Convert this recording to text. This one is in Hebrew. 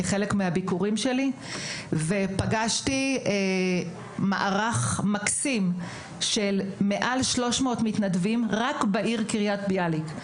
ביאליק ופגשתי מערך מקסים של למעלה מ-300 מתנדבים רק בעיר קריית ביאליק.